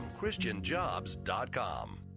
christianjobs.com